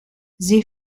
sie